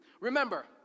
Remember